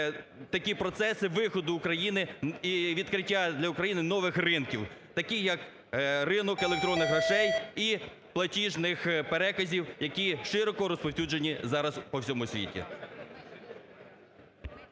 такі процеси виходу України і відкриття для України нових ринків таких, як ринок електронних грошей і платіжних переказів, які широко розповсюджені зараз по всьому світі.